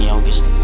August